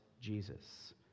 Jesus